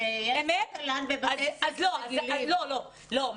אבל יש תל"ן בבתי ספר רגילים לא,